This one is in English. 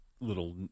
little